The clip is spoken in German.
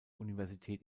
universität